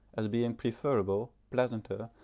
as being preferable, pleasanter,